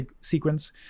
sequence